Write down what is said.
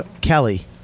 Kelly